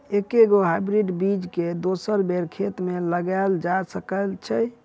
एके गो हाइब्रिड बीज केँ दोसर बेर खेत मे लगैल जा सकय छै?